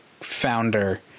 founder